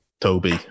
Toby